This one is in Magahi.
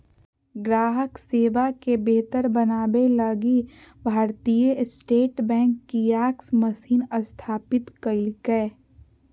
ग्राहक सेवा के बेहतर बनाबे लगी Bharatiya State Bank kiosk machine स्थापित कइल्कैय